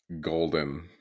golden